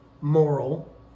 moral